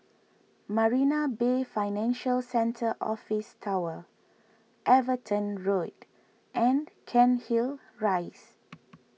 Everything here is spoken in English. Marina Bay Financial Centre Office Tower Everton Road and Cairnhill Rise